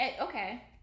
Okay